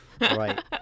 Right